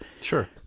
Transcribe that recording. Sure